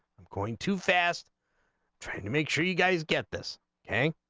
um going too fast track and make sure you guys get this